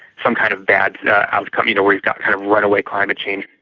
some kind of bad yeah outcome. you know, where you've got, kind of, runaway climate change.